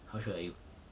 how sure are you